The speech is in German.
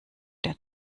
der